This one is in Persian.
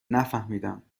نفهمیدم